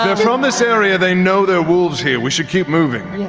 yeah from this area, they know their wolves here. we should keep moving.